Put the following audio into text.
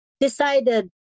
decided